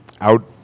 Out